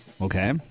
Okay